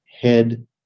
head